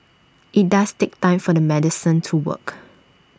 IT does take time for the medicine to work